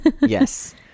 Yes